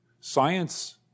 science